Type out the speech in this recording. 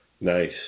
Nice